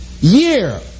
year